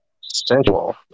Sensual